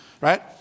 right